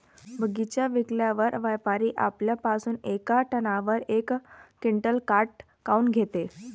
बगीचा विकल्यावर व्यापारी आपल्या पासुन येका टनावर यक क्विंटल काट काऊन घेते?